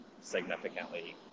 significantly